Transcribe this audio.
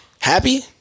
happy